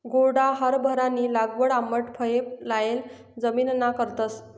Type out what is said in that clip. घोडा हारभरानी लागवड आंबट फये लायेल जमिनना करतस